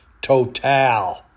Total